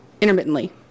intermittently